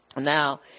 Now